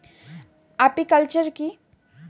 Apiculture কি?